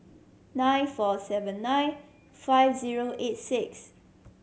nine four seven nine five zero eight six